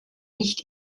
nicht